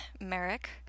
Merrick